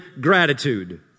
gratitude